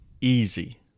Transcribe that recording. easy